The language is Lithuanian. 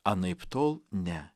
anaiptol ne